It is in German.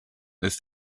ist